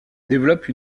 développe